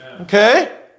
Okay